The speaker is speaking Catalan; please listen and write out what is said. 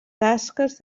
tasques